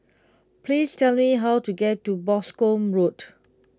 please tell me how to get to Boscombe Road